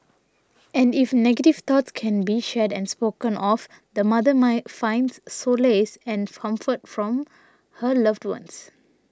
and if negative thoughts can be shared and spoken of the mother my finds solace and comfort from her loved ones